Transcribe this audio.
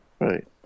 Right